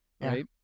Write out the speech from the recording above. right